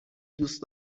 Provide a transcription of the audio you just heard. دوست